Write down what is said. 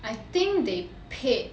I think they paid